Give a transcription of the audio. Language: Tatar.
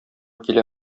килә